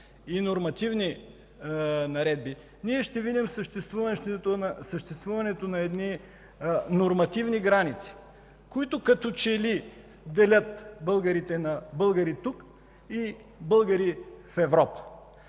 и нормативни наредби, ние ще видим съществуването на едни нормативни граници, които като че ли делят българите на „българи тук” и „българи в Европа”.